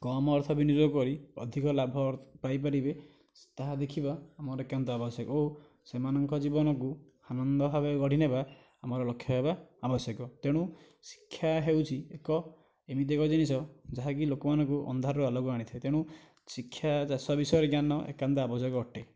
କମ ଅର୍ଥ ବିନିଯୋଗ କରି ଅଧିକ ଲାଭ ପାଇ ପାରିବେ ତାହା ଦେଖିବା ଆମର ଏକାନ୍ତ ଆବଶ୍ୟକ ଓ ସେମାନଙ୍କ ଜୀବନ କୁ ଆନନ୍ଦ ଭାବେ ଗଢ଼ି ନେବା ଆମର ଲକ୍ଷ୍ୟ ହେବା ଆବଶ୍ୟକ ତେଣୁ ଶିକ୍ଷା ହେଉଛି ଏକ ଏମିତି ଏକ ଜିନିଷ ଯାହାକି ଲୋକମାନଙ୍କୁ ଅନ୍ଧାରରୁ ଆଲୁଅକୁ ଆଣିଥାଏ ତେଣୁ ଶିକ୍ଷା ଚାଷ ବିଷୟରେ ଜ୍ଞାନ ଏକାନ୍ତ ଆବଶ୍ୟକ ଅଟେ